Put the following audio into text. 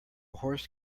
horse